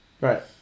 Right